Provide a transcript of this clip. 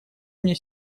мне